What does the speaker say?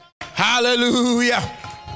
Hallelujah